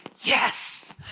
Yes